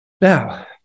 Now